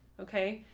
ok,